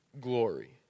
glory